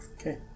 Okay